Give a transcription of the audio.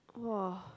!wow!